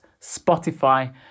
Spotify